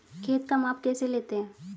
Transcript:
खेत का माप कैसे लेते हैं?